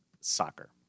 soccer